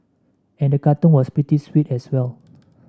and the cartoon was pretty sweet as well